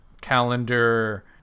calendar